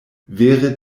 vere